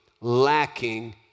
lacking